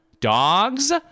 Dogs